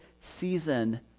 season